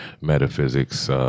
Metaphysics